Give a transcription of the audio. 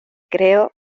creo